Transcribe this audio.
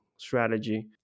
Strategy